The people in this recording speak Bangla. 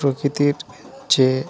প্রকৃতির যে